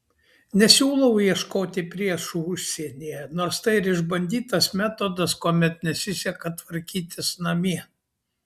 nesiūlau ieškoti priešų užsienyje nors tai ir išbandytas metodas kuomet nesiseka tvarkytis namie